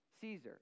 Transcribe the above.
Caesar